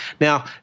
Now